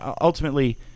ultimately